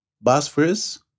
Bosphorus